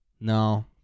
No